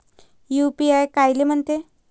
UPI कायले म्हनते?